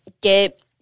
get